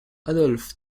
adolphe